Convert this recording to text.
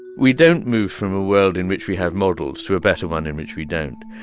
we don't move from a world in which we have models to a better one in which we don't.